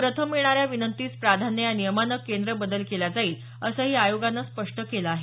प्रथम येणाऱ्या विनंतीस प्राधान्य या नियमाने केंद्र बदल केला जाईल असंही आयोगानं स्पष्ट केलं आहे